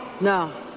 No